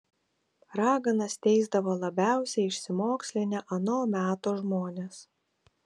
raganas teisdavo labiausiai išsimokslinę ano meto žmonės